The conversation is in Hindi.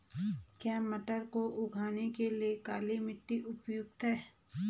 क्या मटर को उगाने के लिए काली मिट्टी उपयुक्त है?